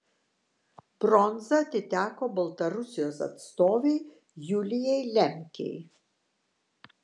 bronza atiteko baltarusijos atstovei julijai lemkei